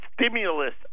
Stimulus